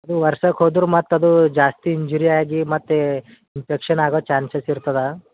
ಅದು ಒರ್ಸಾಕೆ ಓದರು ಮತ್ತದು ಜಾಸ್ತಿ ಇಂಜುರಿ ಆಗಿ ಮತ್ತೆ ಇನ್ಫೆಕ್ಷನ್ ಆಗೋ ಚಾನ್ಸಸ್ ಇರ್ತದೆ